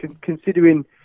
considering